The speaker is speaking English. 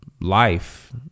life